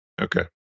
Okay